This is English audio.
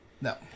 No